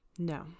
No